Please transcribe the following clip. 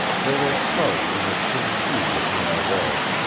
there were charts in a tin tube upon the wall,